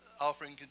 offering